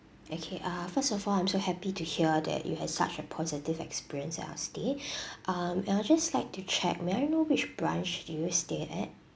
okay uh first of all I'm so happy to hear that you have such a positive experience with our stay um and I would just like to check may I know which branch do you stay at